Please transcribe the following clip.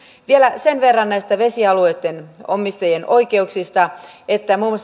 vielä sen verran näistä vesialueitten omistajien oikeuksista että muun